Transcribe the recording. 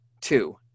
Two